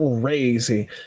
crazy